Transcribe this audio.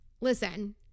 Listen